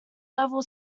level